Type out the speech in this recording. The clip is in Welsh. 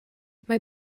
mae